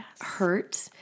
hurt